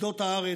בשדות הארץ,